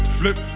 flip